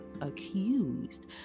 accused